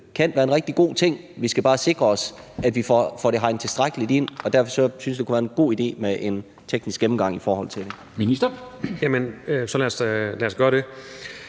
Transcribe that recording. kan være en rigtig god ting, men vi skal bare sikre os, at vi får det hegnet tilstrækkeligt ind, og derfor synes jeg, det kunne være en god idé med en teknisk gennemgang i forhold til det. Kl. 13:37 Formanden